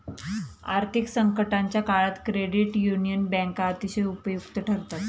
आर्थिक संकटाच्या काळात क्रेडिट युनियन बँका अतिशय उपयुक्त ठरतात